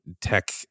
tech